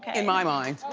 in my mind.